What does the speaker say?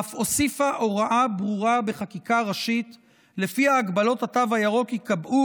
ואף הוסיפה הוראה ברורה בחקיקה ראשית שלפיה הגבלות התו הירוק ייקבעו